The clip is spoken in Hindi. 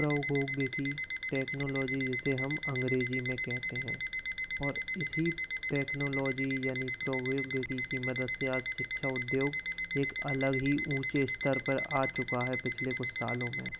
प्रौद्योगिकी टेक्नोलॉजी जिसे हम अंग्रेजी में कहते हैं और इसी टेक्नोलॉजी यानी की मदद से आज शिक्षा उद्योग एक अलग ही ऊंचे स्तर पर आ चुका है पिछले कुछ सालों में